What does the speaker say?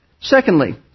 Secondly